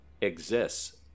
exists